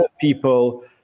people